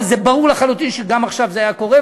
וברור לחלוטין שגם עכשיו זה היה קורה,